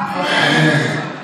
אמן.